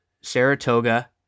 Saratoga